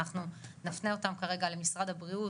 אנחנו נפנה אותם כרגע למשרד הבריאות.